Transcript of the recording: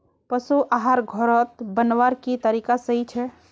पशु आहार घोरोत बनवार की तरीका सही छे?